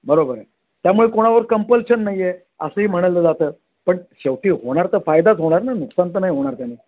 बरोबर आहे त्यामुळे कोणावर कंपल्शन नाही आहे असंही म्हणालं जातं पण शेवटी होणार तर फायदाच होणार ना नुकसान तर नाही होणार त्याने